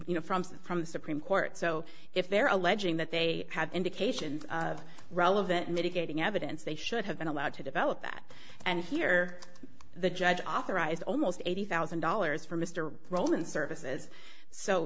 you know from from the supreme court so if they're alleging that they had indications of relevant mitigating evidence they should have been allowed to develop that and here the judge authorized almost eighty thousand dollars for mr rowland services so